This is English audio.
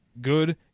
good